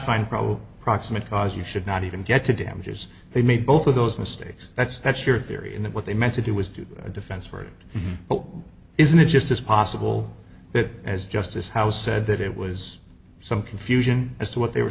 probable proximate cause you should not even get to damages they made both of those mistakes that's that's your theory in that what they meant to do was do a defense for it but isn't it just as possible that as justice house said that it was some confusion as to what they were